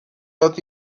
oedd